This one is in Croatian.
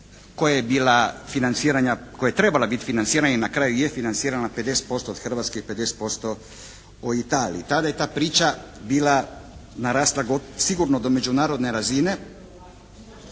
koja je trebala biti financirana i na kraju je financirana 50% od Hrvatske i 50% od Italije. I tada je ta priča bila narasla sigurno do međunarodne razine.